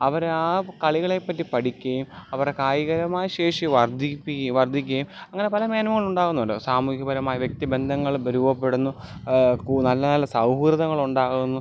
അവരാ കളികളെപ്പറ്റി പഠിക്കേം അവരെ കായികപരമായ ശേഷി വർദ്ധിപ്പിക്കേം വർദ്ധിക്കേം അങ്ങനെ പല മേൻമകളുണ്ടാവുന്നുണ്ട് സാമൂഹികപരമായ വ്യക്തി ബന്ധങ്ങൾ രൂപപ്പെടുന്നു നല്ല നല്ല സൗഹൃദങ്ങളുണ്ടാവുന്നു